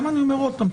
אני אומר עוד פעם,